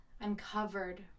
uncovered